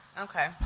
okay